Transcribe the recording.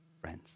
friends